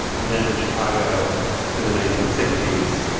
and then in chicago in the nineteen sixty s,